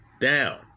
down